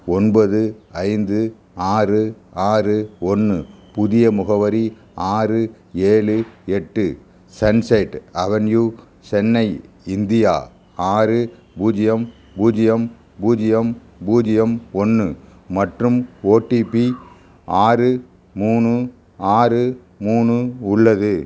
ஒன்பது ஐந்து ஆறு ஆறு ஒன்று புதிய முகவரி ஆறு ஏழு எட்டு சன்செட் அவென்யூ சென்னை இந்தியா ஆறு பூஜ்ஜியம் பூஜ்ஜியம் பூஜ்ஜியம் பூஜ்ஜியம் ஒன்று மற்றும் ஓடிபி ஆறு மூணு ஆறு மூணு உள்ளது